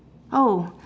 oh